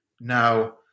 now